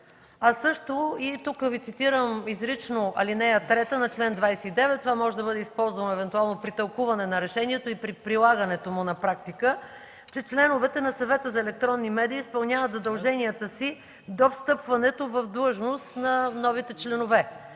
на СЕМ. Тук Ви цитирам изрично ал. 3 на чл. 29 – това може да бъде използвано евентуално при тълкуване на решението и при прилагането му на практика, че „членовете на Съвета за електронни медии изпълняват задълженията си до встъпването в длъжност на новите членове”.